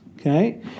Okay